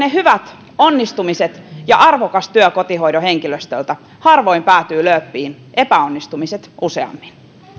hyvät onnistumiset ja arvokas työ kotihoidon henkilöstöltä harvoin päätyvät lööppiin epäonnistumiset useammin